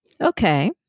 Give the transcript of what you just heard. Okay